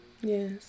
Yes